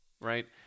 right